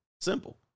Simple